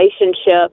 relationship